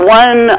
one